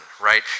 right